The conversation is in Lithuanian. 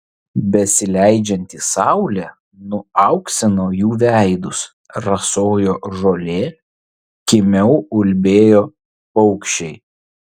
besileidžianti saulė nuauksino jų veidus rasojo žolė kimiau ulbėjo paukščiai